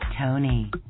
Tony